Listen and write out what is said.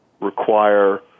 require